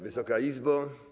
Wysoka Izbo!